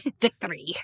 Victory